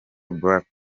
black